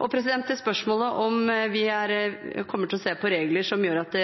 Til spørsmålet om vi kommer til å se på regler som gjør at